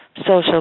social